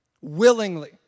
willingly